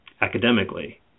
academically